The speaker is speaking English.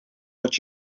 what